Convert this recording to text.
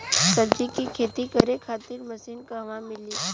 सब्जी के खेती करे खातिर मशीन कहवा मिली?